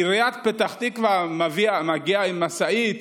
עיריית פתח תקווה מגיעה עם משאית,